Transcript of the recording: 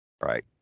Right